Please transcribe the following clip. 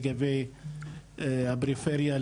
לגבי הפריפריה,